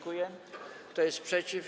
Kto jest przeciw?